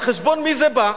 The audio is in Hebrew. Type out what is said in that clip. על חשבון מי זה בא?